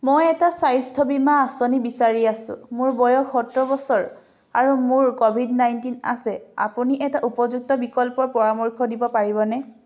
মই এটা স্বাস্থ্য বীমা আঁচনি বিচাৰি আছোঁ মোৰ বয়স সত্তৰ বছৰ আৰু মোৰ ক'ভিড নাইনটিন আছে আপুনি এটা উপযুক্ত বিকল্পৰ পৰামৰ্শ দিব পাৰিবনে